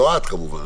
לא את, כמובן.